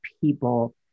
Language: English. people